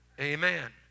Amen